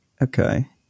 Okay